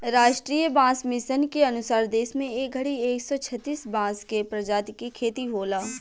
राष्ट्रीय बांस मिशन के अनुसार देश में ए घड़ी एक सौ छतिस बांस के प्रजाति के खेती होला